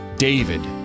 David